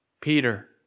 Peter